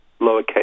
lowercase